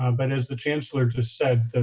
um but as the chancellor just said,